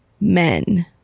men